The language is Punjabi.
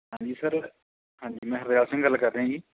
ਹਾਂਜੀ ਸਰ ਹਾਂਜੀ ਮੈਂ ਹਰਦਿਆਲ ਸਿੰਘ ਗੱਲ ਕਰ ਰਿਹਾ ਜੀ